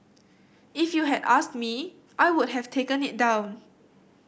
if you had asked me I would have taken it down